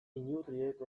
inurriek